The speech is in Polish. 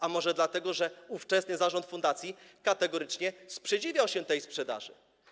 A może dlatego, że ówczesny zarząd fundacji kategorycznie sprzeciwiał się tej sprzedaży?